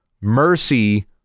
mercy